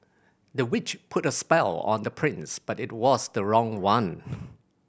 the witch put a spell on the prince but it was the wrong one